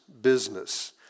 business